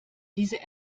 diese